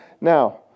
Now